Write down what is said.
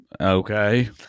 Okay